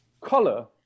color